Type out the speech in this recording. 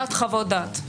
--- חוליית חוות דעת.